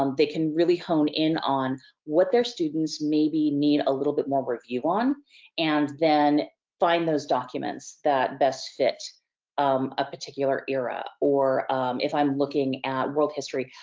um they can really hone in on what their students maybe need, a little bit more review on and then find those documents that best fit um a particular era. or if i'm looking at world history,